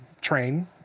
train